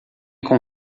com